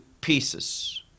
pieces